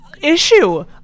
issue